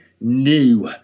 new